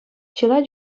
чылай